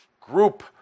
group